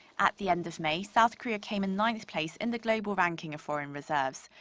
at the end of may, south korea came in ninth place in the global ranking of foreign reserves.